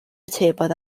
atebodd